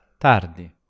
Tardi